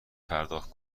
پرداخت